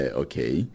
okay